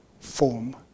form